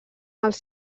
els